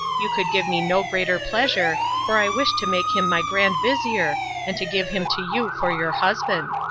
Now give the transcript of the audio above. you could give me no greater pleasure, for i wish to make him my grand-vizir, and to give him to you for your husband.